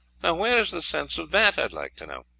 where is the sense of that, i'd like to know?